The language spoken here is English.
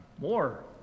more